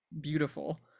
beautiful